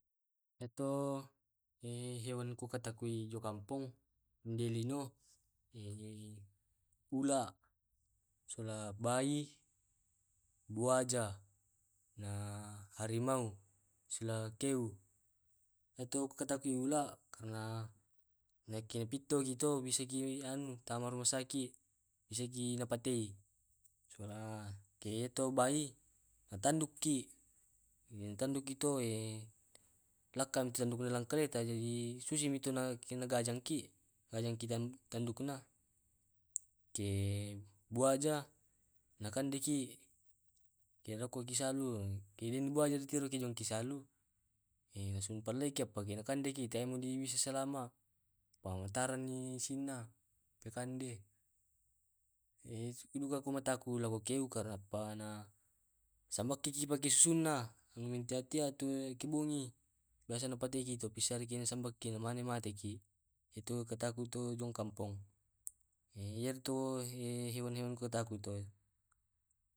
Yamto hewan ku katakui jo kampong ande lino ula, sola bai, buwaja, na harimau, sola keu. Iya to ku kutakuti ulla karna nakena pitto ki bisa ki anu tama rumah sakit bisa ki na patei. Sola ke to bai na tanduk ki na tanduk kieh to lakka tanduk dalam kereta susimi to na gajang ki na gajang ki tanduk na, ke buaja na kande ki roko ki salu, ke den tiro buaya na jonki na salu, langsung pellei ap ana langsung na kande ki, tae ki bisa selama ka mattaran ki issina di kande, iya tu juga ku takuti to keu karna pa na sambakiki pake susunna tia tia to ki bongi biasa ana patei ki, pisariki sambaki mane mateki iya ku katakuto jong kampong, iyya tu hewan ku takut to